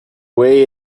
way